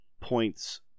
points